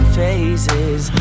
phases